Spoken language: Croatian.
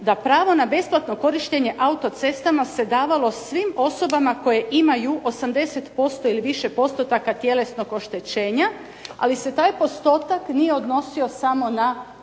da pravo na besplatno korištenje autocestama se davalo svim osobama koje imaju 80% ili više postotaka tjelesnog oštećenja, ali se taj postotak nije odnosio samo na